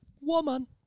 Woman